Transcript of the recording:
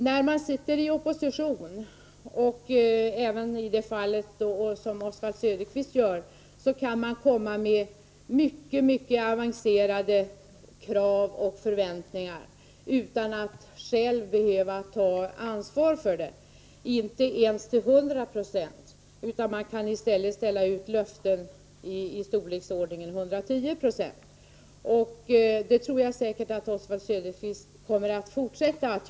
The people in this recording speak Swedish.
När man befinner sig i opposition — och även i Oswald Söderqvists ställning — kan man komma med avsevärda krav utan att själv behöva ta ansvar för dem till 100 26. Man kan ställa ut löften till 110 96. Det kommer säkert Oswald Söderqvist att fortsätta med.